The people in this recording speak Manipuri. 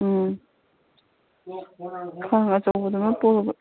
ꯎꯝ ꯈꯥꯡ ꯑꯆꯧꯕꯗꯨꯃ ꯄꯨꯔꯕ